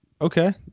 Okay